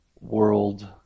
world